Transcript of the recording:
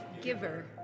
giver